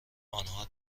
آنها